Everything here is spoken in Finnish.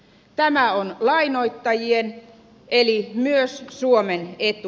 tämä on lainoittajien eli myös suomen etu